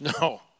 No